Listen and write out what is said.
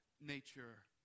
nature